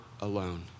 alone